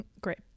great